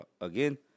again